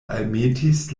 almetis